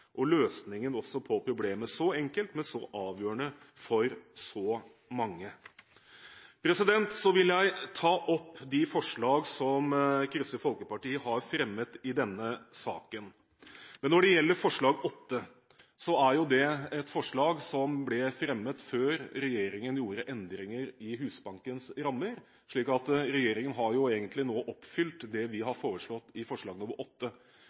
også løsningen på problemet – så enkelt, men så avgjørende for så mange. Så vil jeg ta opp de forslag som Kristelig Folkeparti har fremmet i denne saken. Men når det gjelder forslag nr. 8, ble jo det fremmet før regjeringen gjorde endringer i Husbankens rammer. Så regjeringen har jo egentlig oppfylt det vi har foreslått i forslag